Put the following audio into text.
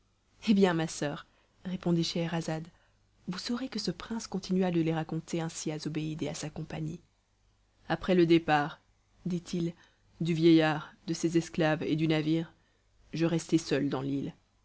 hé bien ma soeur répondit scheherazade vous saurez que ce prince continua de les raconter ainsi à zobéide et à sa compagnie après le départ dit-il du vieillard de ses esclaves et du navire je restai seul dans l'île